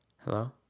Hello